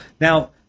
Now